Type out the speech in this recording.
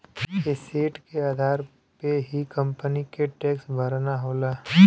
asset के आधार पे ही कंपनी के टैक्स भरना होला